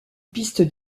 piste